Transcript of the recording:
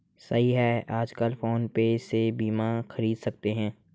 सही है आजकल फ़ोन पे से बीमा ख़रीद सकते हैं